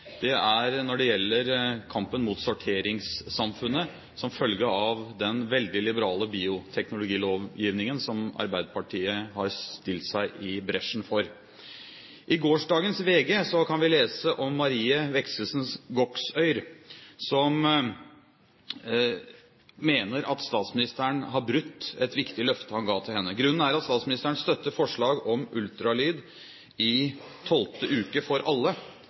er når det gjelder kampen mot sorteringssamfunnet, som følge av den veldig liberale bioteknologilovgivningen, som Arbeiderpartiet har stilt seg i bresjen for. I gårsdagens VG kan vi lese om Marte Wexelsen Goksøyr, som mener at statsministeren har brutt et viktig løfte han ga til henne. Grunnen er at statsministeren støtter forslaget om ultralyd i 12. uke for alle.